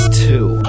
two